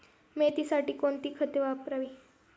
मेथीसाठी कोणती खते वापरावी?